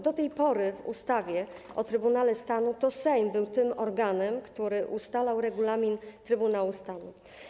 Do tej pory według ustawy o Trybunale Stanu to Sejm był tym organem, który ustalał regulamin Trybunału Stanu.